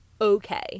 okay